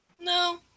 No